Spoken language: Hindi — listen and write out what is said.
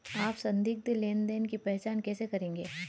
आप संदिग्ध लेनदेन की पहचान कैसे करेंगे?